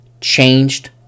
changed